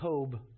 Tob